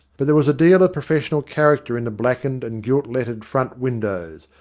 but there was a deal of professional character in the blackened and gilt lettered front windows,